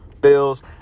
Bills